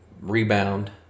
rebound